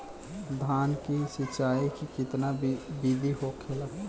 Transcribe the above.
धान की सिंचाई की कितना बिदी होखेला?